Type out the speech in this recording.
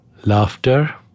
laughter